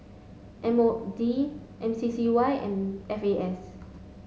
M O D M C C Y and F A S